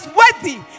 worthy